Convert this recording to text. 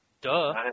Duh